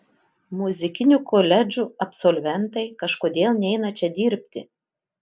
muzikinių koledžų absolventai kažkodėl neina čia dirbti